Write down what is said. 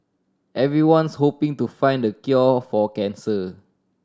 everyone's hoping to find the cure for cancer